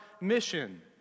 mission